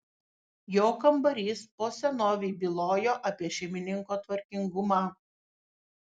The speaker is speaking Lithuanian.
jo kambarys po senovei bylojo apie šeimininko tvarkingumą